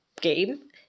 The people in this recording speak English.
game